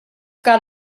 got